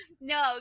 No